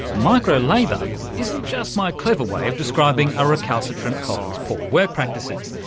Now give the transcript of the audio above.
micro-labour isn't just my clever way of describing a recalcitrant colleague's poor work practices.